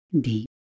deep